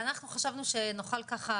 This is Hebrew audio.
ואנחנו חשבנו שנוכל ככה,